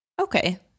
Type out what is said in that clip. Okay